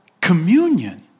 communion